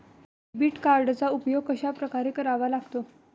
Debit कार्डचा उपयोग कशाप्रकारे करावा लागतो?